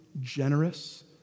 generous